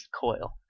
coil